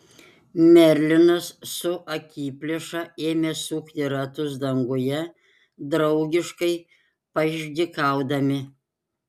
merlinas su akiplėša ėmė sukti ratus danguje draugiškai paišdykaudami